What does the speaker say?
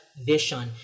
vision